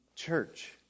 Church